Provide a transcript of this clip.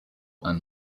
and